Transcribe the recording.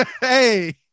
hey